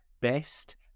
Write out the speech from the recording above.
best